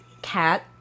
cat